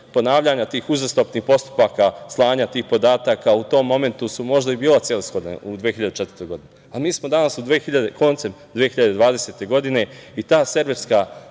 ponavljanja tih uzastopnih postupaka slanja tih podataka u tom momentu su možda i bila celishodna u 2004. godini, ali mi smo danas na koncu 2020. godine i ta serverska